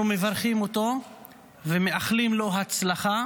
אנחנו מברכים אותו ומאחלים לו הצלחה,